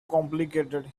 complicated